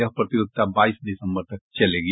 यह प्रतियोगिता बाईस दिसम्बर तक चलेगी